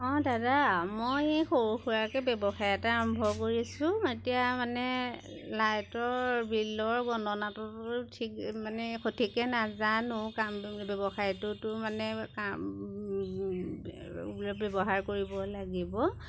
অঁ দাদা মই সৰু সুৰাকৈ ব্যৱসায় এটা আৰম্ভ কৰিছোঁ এতিয়া মানে লাইটৰ বিলৰ গণনাটোতো ঠিক মানে সঠিককৈ নাজানো কামটো ব্যৱসায়টোতো মানে কাম ব্যৱহাৰ কৰিব লাগিব